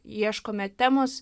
ieškome temos